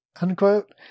unquote